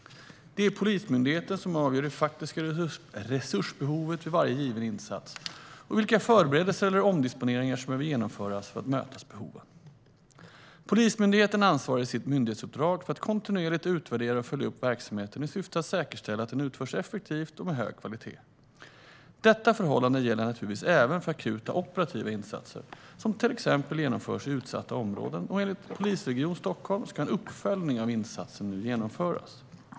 Det är Polismyndigheten som avgör det faktiska resursbehovet vid varje given insats och vilka förberedelser eller omdisponeringar som behöver genomföras för att möta behoven. Polismyndigheten ansvarar i sitt myndighetsuppdrag för att kontinuerligt utvärdera och följa upp verksamheten i syfte att säkerställa att den utförs effektivt och med hög kvalitet. Detta förhållande gäller naturligtvis även för akuta operativa insatser som till exempel genomförs i utsatta områden, och enligt Polisregion Stockholm ska en uppföljning av insatsen nu genomföras.